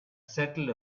settled